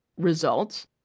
Results